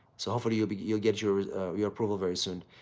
so, hopefully, you'll but you'll get your your approval very soon.